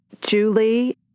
Julie